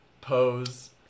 Pose